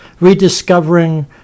Rediscovering